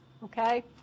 Okay